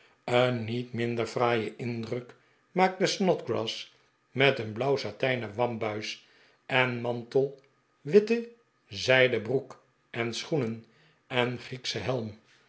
een niet minder fraaien indruk maakte snodgrass met een blauw satijnen wambuis en mantel witte zijden broek en schoenen eh griekschen helm